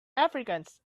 africans